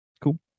Cool